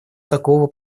такого